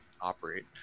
operate